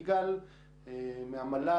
יגאל סלוביק,